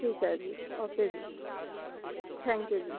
ਠੀਕ ਹੈ ਜੀ ਓਕੇ ਜੀ ਥੈਂਕ ਯੂ ਜੀ